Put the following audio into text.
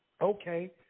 okay